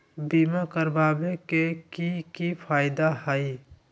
बीमा करबाबे के कि कि फायदा हई?